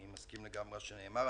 אני מסכים לגמרי למה שנאמר.